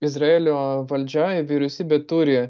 izraelio valdžia ir vyriausybė turi